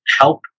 help